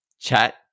chat